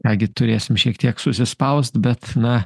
na gi turėsim šiek tiek susispaust bet na